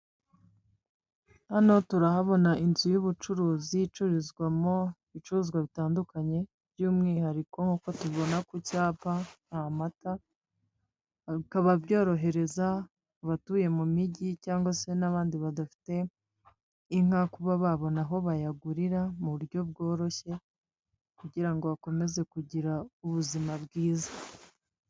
Hano turahabona inzu y'ubucuruzi icururizwamo ibicuruzwa bitandukanye, by'umwihariko nk'uko tubona ku cyapa, amata, bikaba byorohereza abatuye mu migi cyangwa se n'abandi badafite inka kuba babona aho bayagurira mu buryo bworoshye, kugira ngo bakomeze kugira ubuzima bwiza.